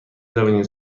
زمینی